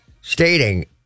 stating